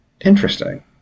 Interesting